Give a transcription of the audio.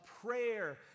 prayer